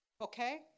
okay